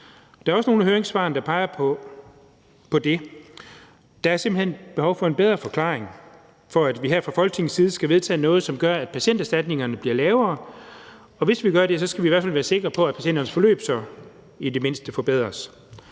der er også nogle af høringssvarene, der peger på det. Der er simpelt hen et behov for en bedre forklaring på, at vi her fra Folketingets side skal vedtage noget, som gør, at patienterstatningerne bliver lavere, og hvis vi gør det, skal vi i hvert fald være sikre på, at patienternes forløb så i det mindste forbedres.